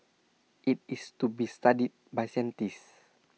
IT is to be studied by scientists